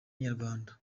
inyarwanda